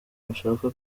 bashaka